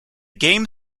game